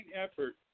effort